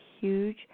huge